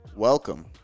Welcome